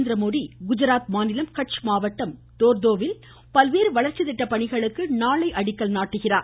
நரேந்திரமோடி குஜராத் மாநிலம் கட்ச் மாவட்டம் டோர்தோர்வில் பல்வேறு வளர்ச்சி திட்ட பணிகளுக்கு நாளை அடிக்கல் நாட்டுகிறார்